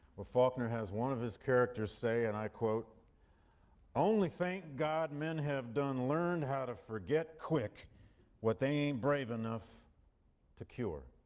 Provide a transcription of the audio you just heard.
where faulkner has one of his characters say, and i quote only thank god men have done learned how to forget quick what they ain't brave enough to cure.